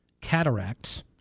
cataracts